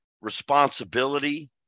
responsibility